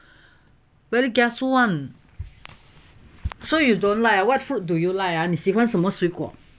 very kiasu [one] so you don't like what fruit do you like ah 你喜欢什么水果